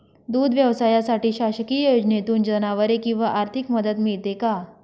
दूध व्यवसायासाठी शासकीय योजनेतून जनावरे किंवा आर्थिक मदत मिळते का?